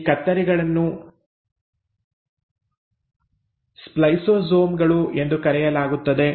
ಈ ಕತ್ತರಿಗಳನ್ನು ಸ್ಪ್ಲೈಸೋಸೋಮ್ ಗಳು ಎಂದು ಕರೆಯಲಾಗುತ್ತದೆ